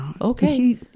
okay